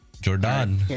Jordan